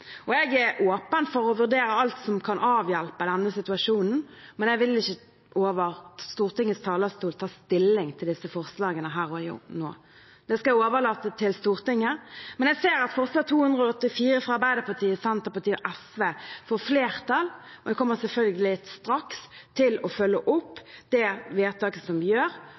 Jeg er åpen for å vurdere alt som kan avhjelpe denne situasjonen, men jeg vil ikke på Stortingets talerstol her og nå ta stilling til forslagene. Det skal jeg overlate til Stortinget. Jeg ser at forslag nr. 284, fra Arbeiderpartiet, Senterpartiet og SV, får flertall, og jeg kommer selvfølgelig straks til å følge opp det vedtaket som